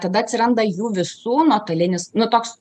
tada atsiranda jų visų nuotolinis nu toks